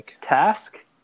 task